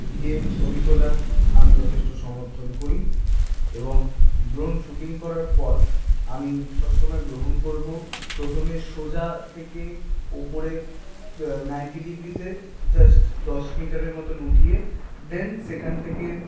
দিয়ে ছবি তোলা আমি যথেষ্ট সমর্থন করি এবং দ্রোন শ্যুটিং করার পথ আমি সবসময় গ্রহণ করবো প্রথমে সোজা থেকে ওপরে নাইনটি ডিগ্রিতে জাস্ট দশ মিটারের মতন উঠিয়ে দেন সেখান থেকে